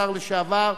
השפיטה